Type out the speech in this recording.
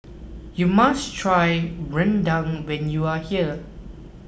you must try Rendang when you are here